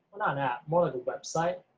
well not an app, more like a website,